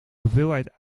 hoeveelheid